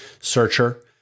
searcher